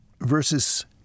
versus